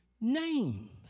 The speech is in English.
names